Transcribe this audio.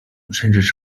甚至